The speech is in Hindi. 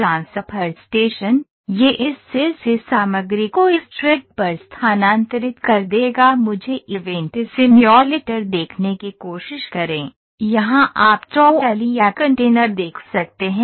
ट्रांसफर स्टेशन यह इस सेल से सामग्री को इस ट्रैक पर स्थानांतरित कर देगा मुझे इवेंट सिम्युलेटर देखने की कोशिश करें यहां आप ट्रॉली या कंटेनर देख सकते हैं